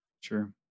Sure